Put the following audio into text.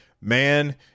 man